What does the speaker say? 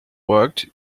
worked